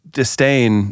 disdain